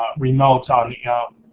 remotes on the,